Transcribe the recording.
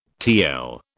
TL